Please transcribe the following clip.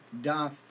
doth